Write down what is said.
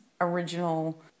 original